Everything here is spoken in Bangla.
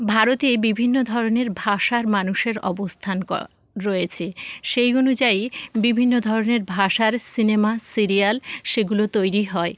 ভারতে বিভিন্ন ধরনের ভাষার মানুষের অবস্থান রয়েছে সেই অনুযায়ী বিভিন্ন ধরনের ভাষার সিনেমা সিরিয়াল সেগুলো তৈরি হয়